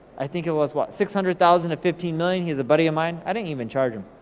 i think it was was six hundred thousand to fifteen million. he's a buddy of mine. i didn't even charge him,